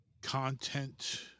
content